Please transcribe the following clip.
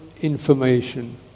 information